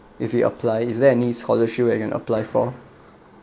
if we apply is there any scholarship where I can apply for